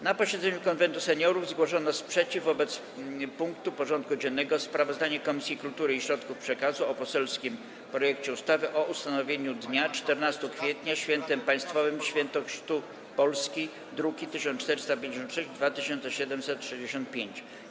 Na posiedzeniu Konwentu Seniorów zgłoszono sprzeciw wobec punktu porządku dziennego: Sprawozdanie Komisji Kultury i Środków Przekazu o poselskim projekcie ustawy o ustanowieniu dnia 14 kwietnia - Świętem Państwowym - „Święto Chrztu Polski”, druki nr 1456 i 2765.